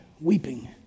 Weeping